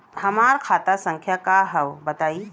हमार खाता संख्या का हव बताई?